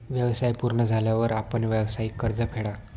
व्यवसाय पूर्ण झाल्यावर आपण व्यावसायिक कर्ज फेडा